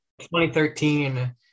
2013